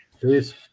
Please